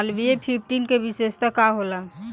Malviya fifteen के विशेषता का होला?